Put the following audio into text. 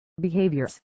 behaviors